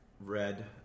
red